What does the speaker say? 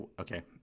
Okay